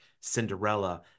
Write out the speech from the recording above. Cinderella